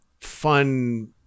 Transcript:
fun